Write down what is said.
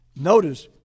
Notice